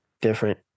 different